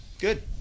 Good